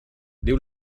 diu